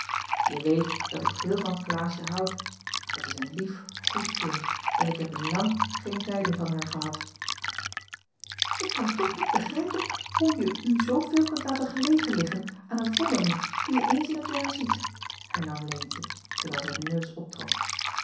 je weet dat ik veel van klaasje houd het is een lief goed kind en ik heb in lang geen tijding van haar gehad ik kan toch niet begrijpen hoe je u zooveel kunt laten gelegen liggen aan een vondeling die je eens in t jaar ziet hernam leentje terwijl zij den neus optrok